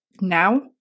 now